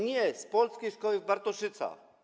Nie, z polskiej szkoły w Bartoszycach.